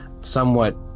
somewhat